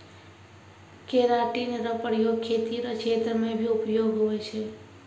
keratin रो प्रयोग खेती रो क्षेत्र मे भी उपयोग हुवै छै